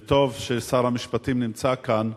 וטוב ששר המשפטים נמצא כאן,